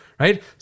Right